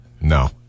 No